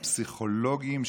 הפסיכולוגיים,